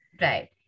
Right